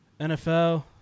NFL